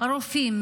רופאים,